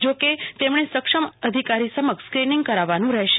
જો કે તેમણે સક્ષમ અધિકારી સમક્ષ સ્ક્રીનીંગ કરાવવાનું રહેશે